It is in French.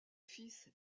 fils